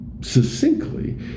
succinctly